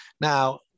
Now